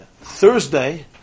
Thursday